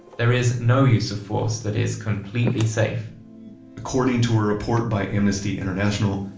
there is no use of force that is completely safe according to a report by amnesty international,